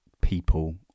people